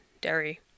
dairy